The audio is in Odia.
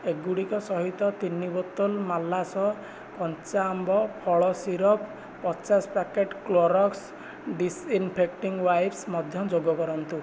ଏଗୁଡ଼ିକ ସହିତ ତିନି ବୋତଲ ମାଲାସ କଞ୍ଚା ଆମ୍ବ ଫଳ ସିରପ୍ ପଚାଶ ପ୍ୟାକେଟ୍ କ୍ଲୋରକ୍ସ୍ ଡିସ୍ଇନ୍ଫେକ୍ଟିଂ ୱାଇପ୍ସ୍ ମଧ୍ୟ ଯୋଗ କରନ୍ତୁ